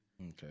okay